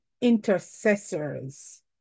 intercessors